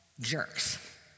jerks